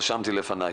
רשמתי לפניי.